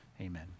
amen